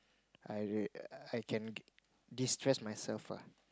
I I can distress myself ah